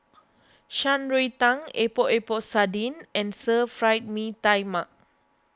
Shan Rui Tang Epok Epok Sardin and Stir Fried Mee Tai Mak